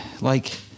like-